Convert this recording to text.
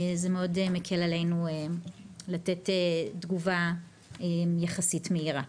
זה מאוד מקל עלינו לתת תגובה יחסית מהירה.